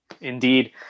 Indeed